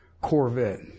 Corvette